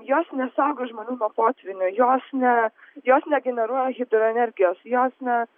jos nesaugo žmonių nuo potvynio jos ne jos negeneruoja hidroenergijos jos ne